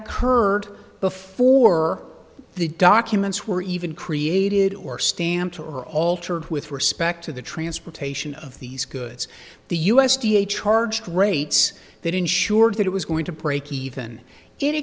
occurred before the documents were even created or stamped or altered with respect to the transportation of these goods the u s d a charged rates that ensured that it was going to break even